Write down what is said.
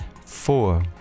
Four